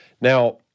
Now